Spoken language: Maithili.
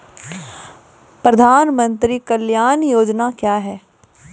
प्रधानमंत्री कल्याण योजना क्या हैं?